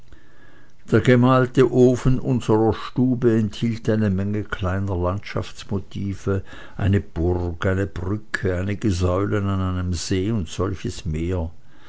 der gemalte ofen unserer stube enthielt eine menge kleiner landschaftsmotive eine burg eine brücke einige säulen an einem see und solches mehr